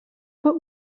but